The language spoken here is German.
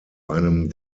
einem